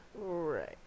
Right